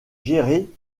gérée